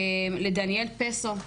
לדניאל פסו,